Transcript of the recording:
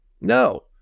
No